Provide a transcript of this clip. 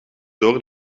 door